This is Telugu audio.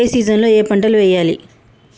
ఏ సీజన్ లో ఏం పంటలు వెయ్యాలి?